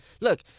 Look